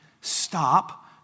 Stop